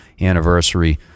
anniversary